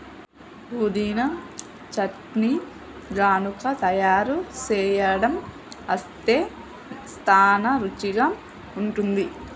పుదీనా చట్నీ గనుక తయారు సేయడం అస్తే సానా రుచిగా ఉంటుంది